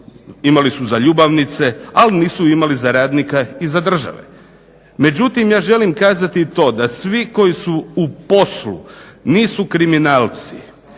imali su za ljubavnice, ali nisu imali za radnika i za države. Međutim, ja želim kazati i to da svi koji su u poslu nisu kriminalci.